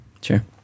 Sure